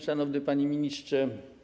Szanowny Panie Ministrze!